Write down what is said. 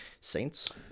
Saints